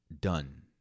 done